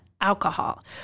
alcohol